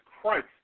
Christ